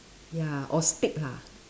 ya or stick ah